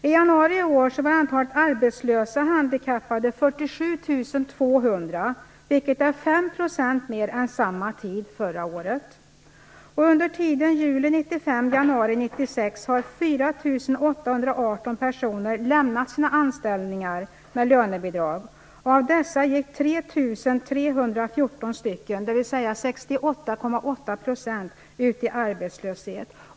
I januari i år var antalet arbetslösa handikappade 47 200, vilket är stycken, dvs. 68,8 %, ut i arbetslöshet.